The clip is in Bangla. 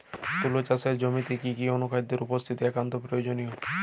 তুলা চাষের জমিতে কি কি অনুখাদ্যের উপস্থিতি একান্ত প্রয়োজনীয়?